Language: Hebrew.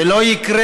זה לא יקרה.